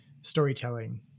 storytelling